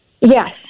Yes